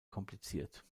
kompliziert